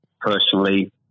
personally